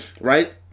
Right